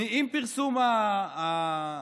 עם פרסום הידיעה,